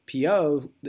PO